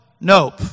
nope